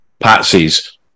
patsies